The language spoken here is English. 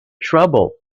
trouble